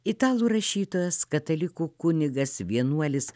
italų rašytojas katalikų kunigas vienuolis